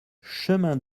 chemin